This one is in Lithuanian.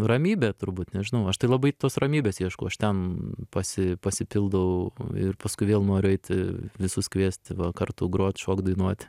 ramybė turbūt nežinau aš tai labai tos ramybės ieškau aš ten pasi pasipildau ir paskui vėl noriu eiti visus kviest va kartu grot šokt dainuot